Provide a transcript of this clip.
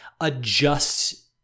adjust